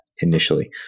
initially